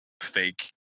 fake